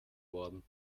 worden